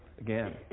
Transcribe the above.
again